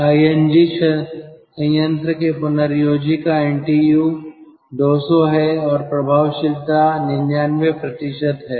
ING संयंत्र के पुनर्योजी का एनटीयू 200 है और प्रभावशीलता 99 है